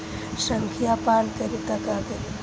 संखिया पान करी त का करी?